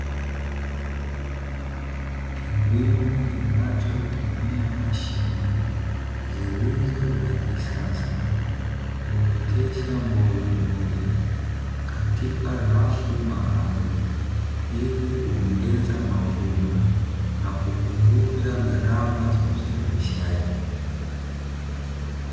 Kilimo kinachotumia mashine zilizo za kisasa, huotesha mbogamboga katika rafu maalumu ili kuongeza mavuno na kupunguza gharama za uzalishaji.